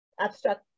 abstract